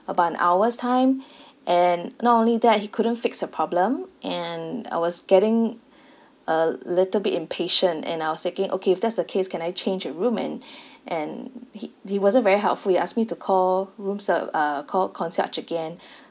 about an hour's time and not only that he couldn't fix the problem and I was getting a little bit impatient and I was saying okay if that's the case can I change a room and and he he wasn't very helpful he asked me to call room serv~ uh call concierge again